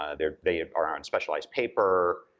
ah they they are on specialized paper,